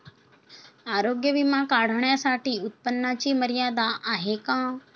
आरोग्य विमा काढण्यासाठी उत्पन्नाची मर्यादा आहे का?